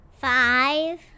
Five